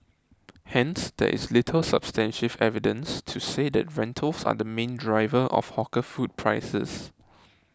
hence there is little substantive evidence to say that rentals are the main driver of hawker food prices